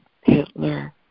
Hitler